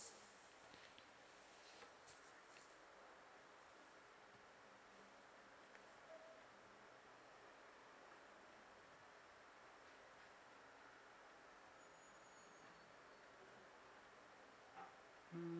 mm